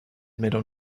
middle